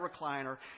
recliner